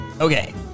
Okay